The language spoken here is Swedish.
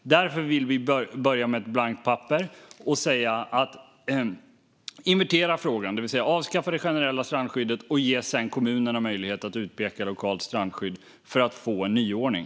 Därför vill vi börja med ett blankt papper och invertera frågan. Vi vill avskaffa det generella strandskyddet och sedan ge kommunerna möjlighet att utpeka lokalt strandskydd - för att få en nyordning.